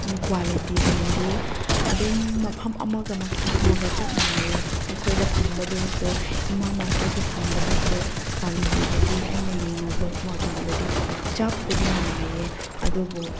ꯀ꯭ꯋꯥꯥꯂꯤꯇꯤꯁꯤꯡꯗꯤ ꯑꯗꯨꯝ ꯃꯐꯝ ꯑꯃꯒ ꯃꯐꯝ ꯑꯃꯒ ꯆꯞ ꯃꯥꯟꯅꯩꯌꯦ ꯑꯩꯈꯣꯏꯗ ꯐꯪꯕꯗꯨꯁꯨ ꯏꯃꯥ ꯃꯥꯔꯀꯦꯠꯇ ꯐꯪꯕꯗꯨꯁꯨ ꯀ꯭ꯋꯥꯂꯤꯇꯤꯕꯨꯗꯤ ꯑꯩꯅ ꯌꯦꯡꯉꯨꯕ ꯃꯇꯝꯗꯗꯤ ꯆꯞꯄꯨꯗꯤ ꯃꯥꯟꯅꯩꯌꯦ ꯑꯗꯨꯕꯨ